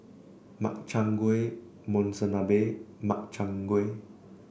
Makchang Gui Monsunabe and Makchang Gui